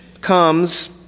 comes